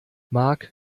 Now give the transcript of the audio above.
marc